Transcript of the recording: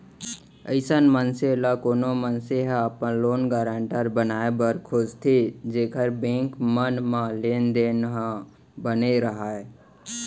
अइसन मनसे ल कोनो मनसे ह अपन लोन गारेंटर बनाए बर खोजथे जेखर बेंक मन म लेन देन ह बने राहय